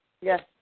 Yes